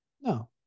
No